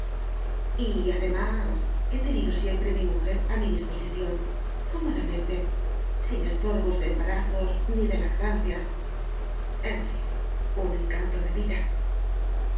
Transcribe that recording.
además he tenido siempre mi mujer a mi disposición cómodamente sin estorbos de embarazos ni de lactancias en fin un encanto de vida